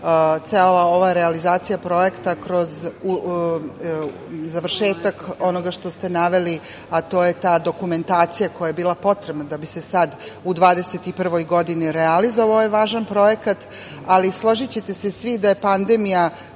cela ova realizacija projekta kroz završetak onoga što ste naveli, a to je ta dokumentacija koja je bila potrebna da bi se sada u 2021. godini realizovao ovaj važan projekat, ali složićete se svi da je pandemija